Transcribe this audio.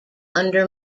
under